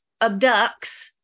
abducts